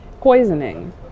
poisoning